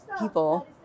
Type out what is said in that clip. people